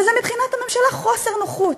וזה מבחינת הממשלה חוסר נוחות.